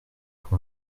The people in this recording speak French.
pour